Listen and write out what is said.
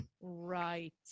Right